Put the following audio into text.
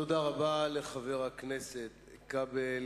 תודה רבה לחבר הכנסת כבל.